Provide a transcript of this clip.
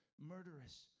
murderous